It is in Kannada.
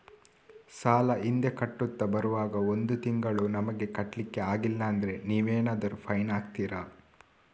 ಸಾಲ ಹಿಂದೆ ಕಟ್ಟುತ್ತಾ ಬರುವಾಗ ಒಂದು ತಿಂಗಳು ನಮಗೆ ಕಟ್ಲಿಕ್ಕೆ ಅಗ್ಲಿಲ್ಲಾದ್ರೆ ನೀವೇನಾದರೂ ಫೈನ್ ಹಾಕ್ತೀರಾ?